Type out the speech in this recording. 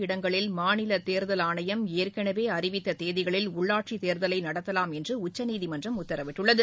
இடங்களில் மாநில தேர்தல் ஆணையம் ஏற்கனவே அழிவித்த தேதிகளில் உள்ளாட்சித் தேர்தலை நடத்தலாம் என்று உச்சநீதிமன்றம் உத்தரவிட்டுள்ளது